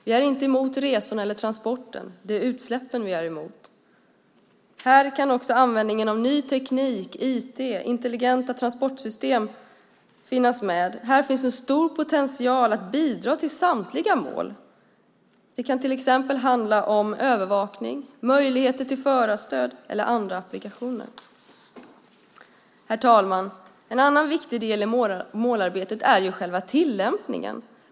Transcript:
Vi är inte emot resorna eller transporterna, men vi är emot utsläppen. Här kan också användningen av ny teknik, IT och intelligenta transportsystem finnas med. Här finns en stor potential att bidra till samtliga mål. Det kan till exempel handla om övervakning, möjligheter till förarstöd och andra applikationer. Herr talman! En annan viktig del i målarbetet är själva tillämpningen.